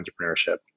entrepreneurship